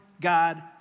God